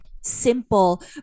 simple